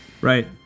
Right